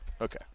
okay